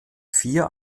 vier